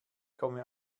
komme